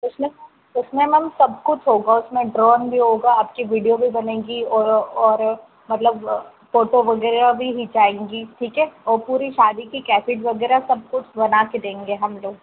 उसमें उसमें मैम सब कुछ होगा उसमें ड्रोन भी होगा आपकी वीडियो भी बनेगी और और मतलब फोटो वग़ैरह भी खिचाएंगी ठीक है और पूरी शादी की केसेट वग़ैरह सब कुछ बनाकर देंगे हम लोग